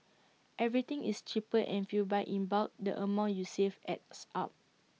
everything is cheaper and if you buy in bulk the amount you save adds up